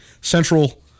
central